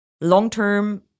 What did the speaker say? long-term